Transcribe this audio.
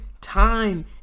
time